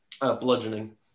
Bludgeoning